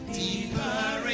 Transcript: deeper